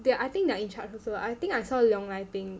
they are I think they're in charge also I think I saw Leong Lai Ping